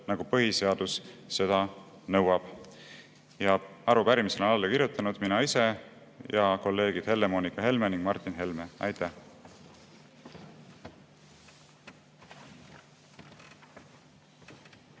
nagu põhiseadus seda nõuab. Arupärimisele olen alla kirjutanud mina ise ning kolleegid Helle-Moonika Helme ja Martin Helme. Aitäh!